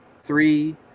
three